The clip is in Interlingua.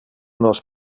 nos